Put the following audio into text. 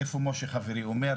איפה משה, חברי, הוא אומר,